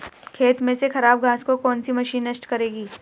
खेत में से खराब घास को कौन सी मशीन नष्ट करेगी?